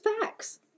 facts